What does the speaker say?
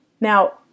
Now